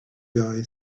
guy